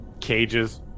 cages